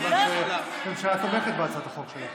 מכיוון שהממשלה תומכת בהצעת החוק שלך.